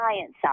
science